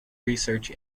research